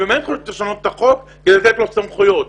צריך לשנות את החוק ולתת לו סמכויות.